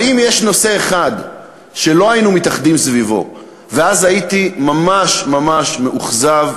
אבל אם יש נושא אחד שלא היו מתאחדים סביבו ואז הייתי ממש ממש מאוכזב,